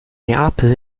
neapel